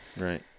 Right